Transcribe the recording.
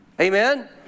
Amen